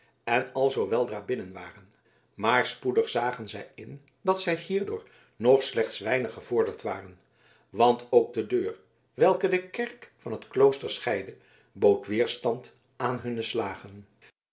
en alzoo weldra binnen waren maar spoedig zagen zij in dat zij hierdoor nog slechts weinig gevorderd waren want ook de deur welke de kerk van het klooster scheidde bood weerstand aan hunne slagen